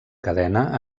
cadena